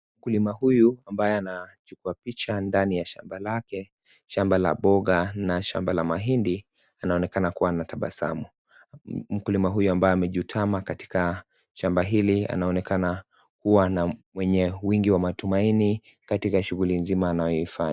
Mkulima huyu ambaye anachukua picha ndani ya shamba lake, shamba la mboga na shamba la mahindi anaonekana kama anatabasamu. Mkulima huyu ambaye amejutama katika shamba hili anaonekana huwa na mwenye wingi wa matumaini katika shugli nzima anayoifanya.